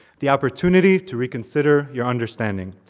the opportunity to reconsider your understanding,